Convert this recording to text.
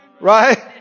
Right